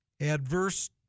adverse